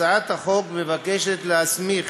הצעת החוק מבקשת להסמיך